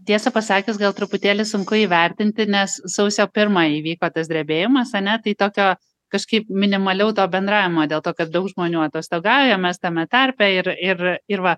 tiesa pasakius gal truputėlį sunku įvertinti nes sausio pirmą įvyko tas drebėjimas ane tai tokio kažkaip minimaliau to bendravimo dėl to kad daug žmonių atostogauja mes tame tarpe ir ir ir va